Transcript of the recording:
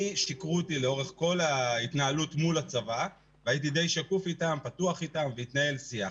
אותי שיקרו לאורך כל ההתנהלות מול הצבא והייתי די פתוח אתם והתנהל שיח.